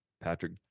patrick